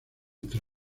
entre